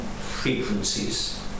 frequencies